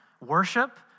worship